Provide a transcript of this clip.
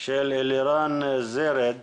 של אלירן זרד.